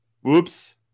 Whoops